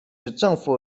政府